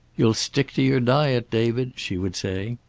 you'll stick to your diet, david, she would say.